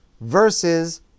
versus